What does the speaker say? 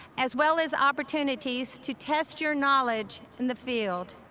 as well as opportunities to test your knowledge in the field.